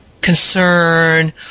concern